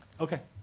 ok.